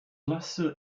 lasse